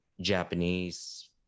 Japanese